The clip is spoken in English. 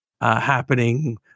happening